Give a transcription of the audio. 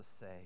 say